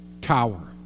Tower